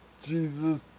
Jesus